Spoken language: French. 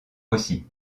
aussi